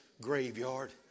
graveyard